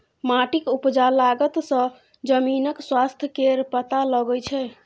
माटिक उपजा तागत सँ जमीनक स्वास्थ्य केर पता लगै छै